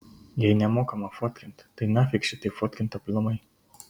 jei nemokama fotkint tai nafik šitaip fotkint aplamai